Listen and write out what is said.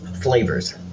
flavors